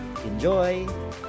Enjoy